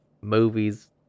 movies